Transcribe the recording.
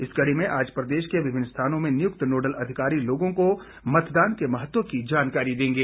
इस कड़ी में आज प्रदेश के विभिन्न स्थानों में नियुक्त नोडल अधिकारी लोगों को मतदान के महत्व की जानकारी देंगे